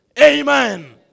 Amen